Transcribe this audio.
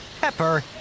Pepper